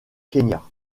kenya